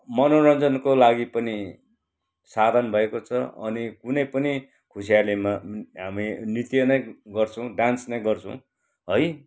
मनोरञ्जनको लागि पनि साधन भएको छ अनि कुनै पनि खुसियालीमा हामी नृत्य नै गर्छौँ डान्स नै गर्छौँ है